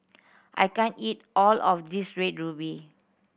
I can't eat all of this Red Ruby